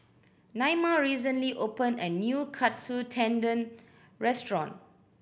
Naima recently opened a new Katsu Tendon Restaurant